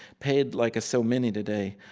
paid like a so many today.